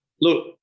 Look